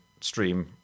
stream